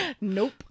Nope